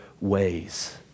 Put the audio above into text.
ways